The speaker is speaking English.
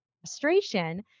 frustration